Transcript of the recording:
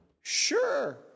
sure